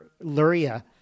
Luria